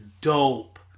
dope